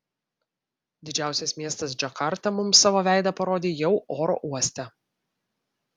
didžiausias miestas džakarta mums savo veidą parodė jau oro uoste